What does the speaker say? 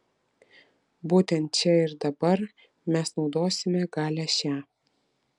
būtent čia ir dabar mes naudosime galią šią